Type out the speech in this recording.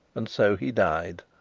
and so he died.